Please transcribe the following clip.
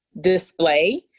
display